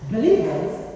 Believers